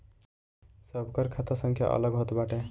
सबकर खाता संख्या अलग होत बाटे